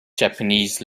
japanese